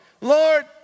Lord